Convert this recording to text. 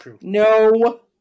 No